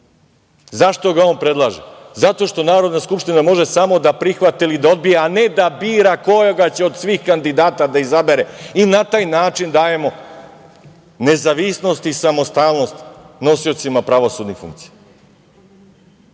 Zašto ga on predlaže? Zato što Narodna skupština može samo da prihvati ili da odbije, a ne da bira koga će od svih kandidata da izabere i na taj način dajemo nezavisnost i samostalnost nosiocima pravosudnih funkcija.